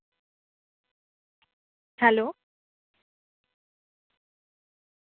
hello